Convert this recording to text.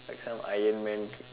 like some Iron man